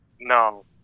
No